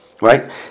Right